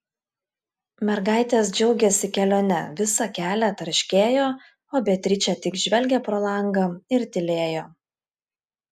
mergaitės džiaugėsi kelione visą kelią tarškėjo o beatričė tik žvelgė pro langą ir tylėjo